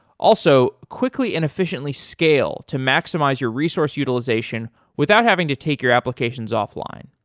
also, quickly and efficiently scale to maximize your resource utilization without having to take your applications off-line.